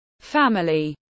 Family